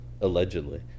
Allegedly